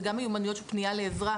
וגם מיומנויות של פנייה לעזרה,